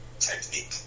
Technique